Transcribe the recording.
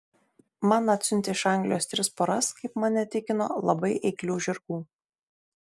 man atsiuntė iš anglijos tris poras kaip mane tikino labai eiklių žirgų